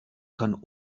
kann